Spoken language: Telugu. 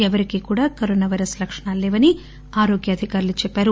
ఎవరికి కూడా కరోనా పైరస్ లక్షణాలు లేవని ఆరోగ్య అధికారులు చెప్పారు